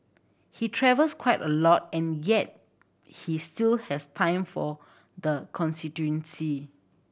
he travels quite a lot and yet he still has time for the constituency